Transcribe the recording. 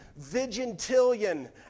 vigintillion